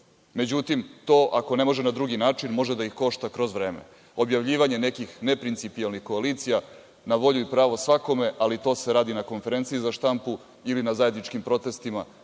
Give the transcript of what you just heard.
Međutim, to ako ne može na drugi način, može da ih košta kroz vreme. Objavljivanje nekih neprincipijalnih koalicija na volju i pravo svakome, ali to se radi na konferenciji za štampu ili na zajedničkim protestima,